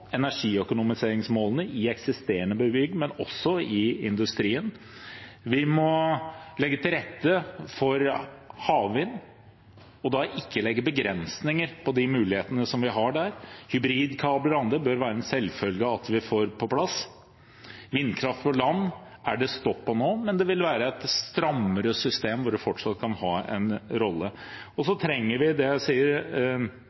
energiøkonomiseringsmålene i eksisterende bygg, men også i industrien. Vi må legge til rette for havvind, og da ikke legge begrensninger på de mulighetene som vi har der. Hybridkabler og andre bør være en selvfølge at vi får på plass. Vindkraft på land er det stopp på nå, men det vil være et strammere system, hvor det fortsatt kan ha en rolle.